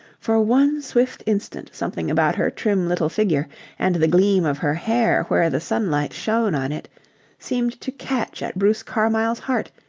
for one swift instant something about her trim little figure and the gleam of her hair where the sunlight shone on it seemed to catch at bruce carmyle's heart,